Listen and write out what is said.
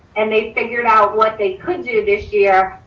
and they figured out what they could do this year.